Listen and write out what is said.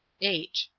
h.